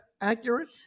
accurate